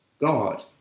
God